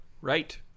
right